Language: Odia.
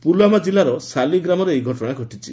ପୁଲଓ୍ୱାମା ଜିଲ୍ଲାର ସାଲି ଗ୍ରାମରେ ଏହି ଘଟଣା ଘଟିଛି